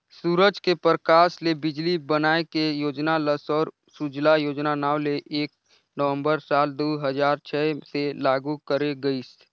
सूरज के परकास ले बिजली बनाए के योजना ल सौर सूजला योजना नांव ले एक नवंबर साल दू हजार छै से लागू करे गईस